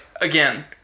again